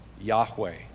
Yahweh